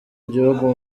gihugu